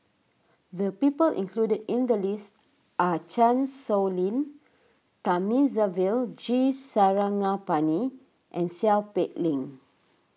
the people included in the list are Chan Sow Lin Thamizhavel G Sarangapani and Seow Peck Leng